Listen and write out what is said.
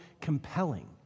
compelling